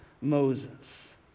Moses